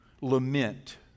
lament